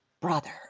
brother